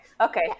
okay